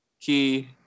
Key